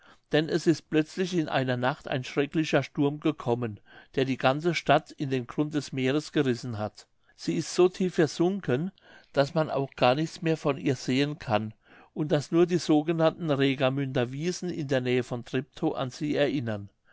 denn es ist plötzlich in einer nacht ein schrecklicher sturm gekommen der die ganze stadt in den grund des meeres gerissen hat sie ist so tief versunken daß man auch gar nichts mehr von ihr sehen kann und daß nur die sogenannten regamünder wiesen in der nähe von treptow an sie erinnern